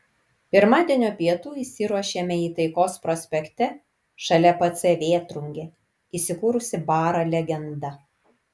pirmadienio pietų išsiruošėme į taikos prospekte šalia pc vėtrungė įsikūrusį barą legenda